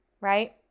right